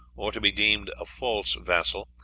or to be deemed a false vassal,